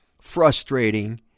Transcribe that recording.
frustrating